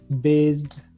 based